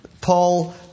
Paul